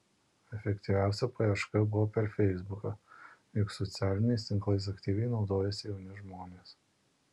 efektyviausia paieška buvo per feisbuką juk socialiniais tinklais aktyviai naudojasi jauni žmonės